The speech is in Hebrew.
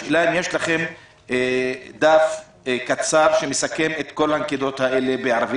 השאלה היא: האם יש לכם דף קצר שמסכם את כל הנקודות האלה בערבית?